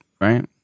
right